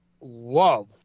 love